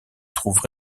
trouvent